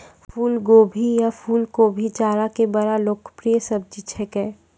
फुलगोभी या फुलकोबी जाड़ा के बड़ा लोकप्रिय सब्जी छेकै